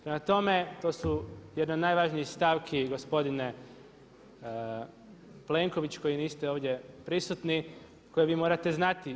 Prema tome, to su jedne od najvažnijih stavki gospodine Plenkoviću koji niste ovdje prisutni, koje vi morate znati.